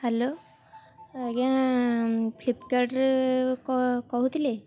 hello ଆଜ୍ଞା ଫ୍ଲିପକାର୍ଟରେ କହୁଥିଲେ